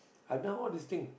i done all this thing